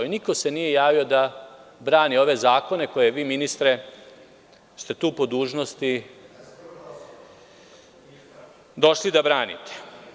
Niko se nije javio da brani ove zakone koje vi ministre, ste tu po dužnosti došli da branite.